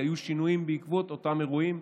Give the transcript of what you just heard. כי היו שינויים בעקבות אותם אירועים,